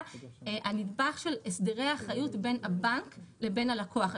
הנדבך של הסדרי אחריות בין הבנק לבין הלקוח.